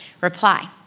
reply